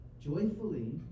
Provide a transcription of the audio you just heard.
joyfully